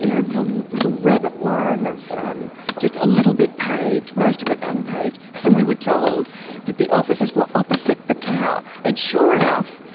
you know a real little rabbit warren, um just a little bit paved, most of it unpaved, and we were told that the offices were opposite the cow and sure enough,